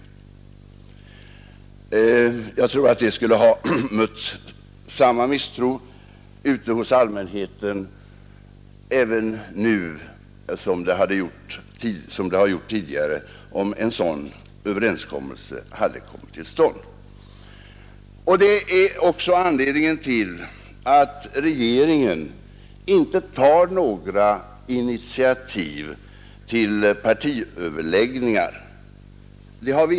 Jag tror att en sådan överenskommelse skulle ha mött lika stor misstro ute hos allmänheten som vi konstaterat tidigare, om den hade kommit till stånd. Det är också anledningen till att regeringen inte tar några initiativ till partiöverläggningar.